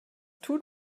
tut